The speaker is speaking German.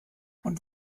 und